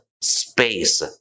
space